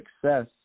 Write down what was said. success